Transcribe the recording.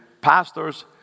pastors